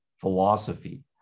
philosophy